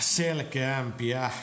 selkeämpiä